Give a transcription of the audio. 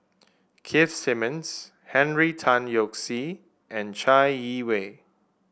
Keith Simmons Henry Tan Yoke See and Chai Yee Wei